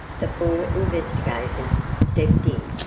the four investigators stepped in,